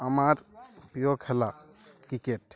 আমার প্রিয় খেলা ক্রিকেট